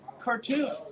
cartoons